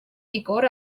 vigor